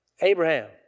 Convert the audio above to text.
Abraham